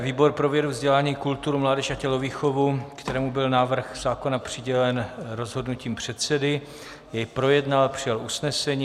Výbor pro vědu, vzdělání, kulturu, mládež a tělovýchovu, kterému byl návrh zákona přidělen rozhodnutím předsedy, jej projednal, přijal usnesení.